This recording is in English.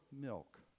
milk